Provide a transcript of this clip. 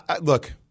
look